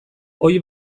ohi